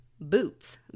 boots